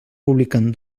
publiquen